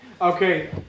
Okay